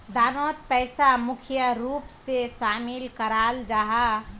दानोत पैसा मुख्य रूप से शामिल कराल जाहा